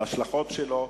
ההשלכות שלו,